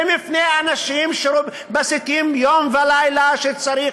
ומפני אנשים שמסיתים יום ולילה שצריך